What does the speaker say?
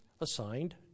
assigned